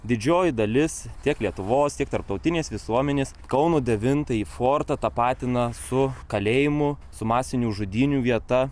didžioji dalis tiek lietuvos tiek tarptautinės visuomenės kauno devintąjį fortą tapatina su kalėjimu su masinių žudynių vieta